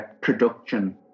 production